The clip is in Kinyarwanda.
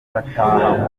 bataha